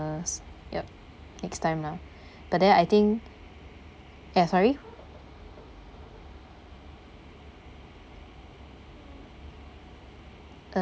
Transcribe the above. business yup next time lah but then I think ya sorry uh